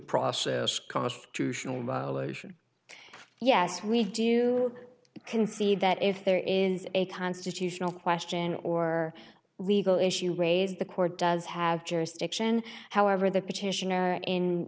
process constitutional violation yes we do you can see that if there is a constitutional question or legal issue raised the court does have jurisdiction however the petitioner in